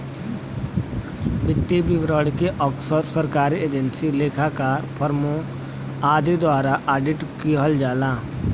वित्तीय विवरण के अक्सर सरकारी एजेंसी, लेखाकार, फर्मों आदि द्वारा ऑडिट किहल जाला